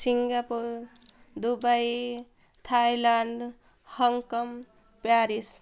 Singapore Dubai Thailand Hong Kong Paris